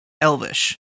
Elvish